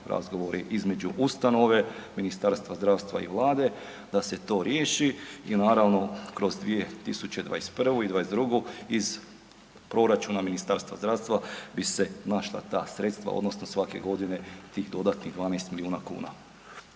između ustanove, Ministarstva zdravstva i vlade da se to riješi i naravno kroz 2021. i '22. iz proračuna Ministarstva zdravstva bi se našla ta sredstva odnosno svake godine tih dodatnih 12 milijuna kuna.